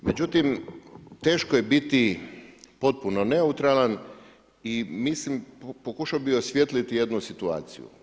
Međutim, teško je biti potpuno neutralan i mislim, pokušao bih osvijetliti jednu situaciju.